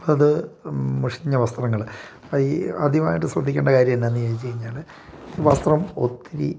അപ്പം അത് മുഷിഞ്ഞ വസ്ത്രങ്ങൾ ഈ അദ്യമായിട്ട് ശ്രദ്ധിക്കേണ്ട കാര്യം എന്താണെന്ന് ചോദിച്ചു കഴിഞ്ഞാൽ വസ്ത്രം ഒത്തിരി